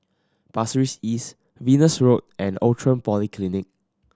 Pasir Ris East Venus Road and Outram Polyclinic